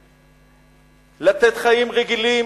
לתת חיים רגילים,